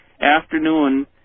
afternoon